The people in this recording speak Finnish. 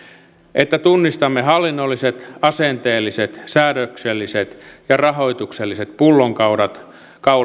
että tunnistamme hallinnolliset asenteelliset säädökselliset ja rahoitukselliset pullonkaulat